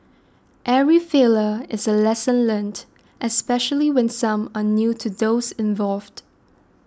every failure is a lesson learnt especially when some are new to those involved